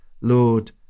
Lord